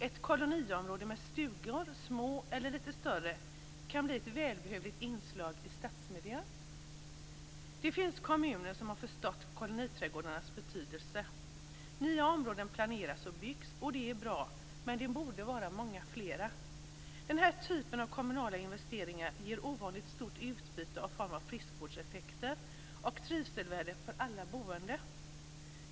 Ett koloniområde med stugor, små eller lite större, kan bli ett välbehövligt inslag i stadsmiljön. Det finns kommuner som har förstått koloniträdgårdarnas betydelse. Nya områden planeras och byggs, och det är bra, men de borde vara många fler. Den här typen av kommunala investeringar ger ovanligt stort utbyte i form av friskvårdseffekter och trivselvärde för alla boende.